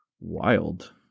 Wild